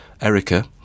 Erica